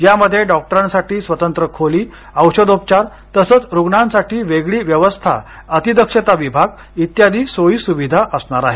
यामध्ये डॉक्टरांसाठी स्वतंत्र खोली औषधोपचार तसंच रुग्णांसाठी वेगळी व्यवस्था अतीदक्षता विभाग इत्यादी सोयी सुविधा असणार आहेत